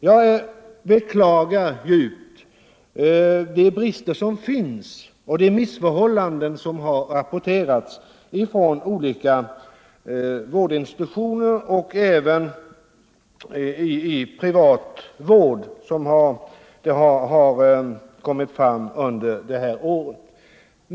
Jag beklagar djupt de brister som finns Onsdagen den och de missförhållanden som har rapporterats under det här året från 13 november 1974 olika vårdinstitutioner och även från privat vård.